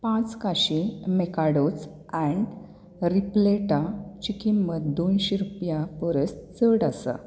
पांच काशी मिकाडोज ऍन्ट रीपेलेंटाची किंमत दोनशी रुपयां परस चड आसा